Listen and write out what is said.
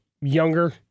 younger